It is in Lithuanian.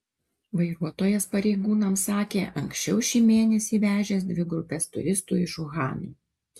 vairuotojas pareigūnams sakė anksčiau šį mėnesį vežęs dvi grupes turistų iš uhano